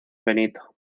benito